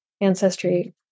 ancestry